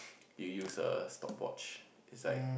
you use a stopwatch it's like